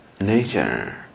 nature